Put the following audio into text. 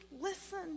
listen